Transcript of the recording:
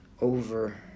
over